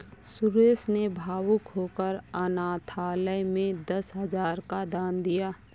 सुरेश ने भावुक होकर अनाथालय में दस हजार का दान दिया